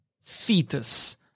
fetus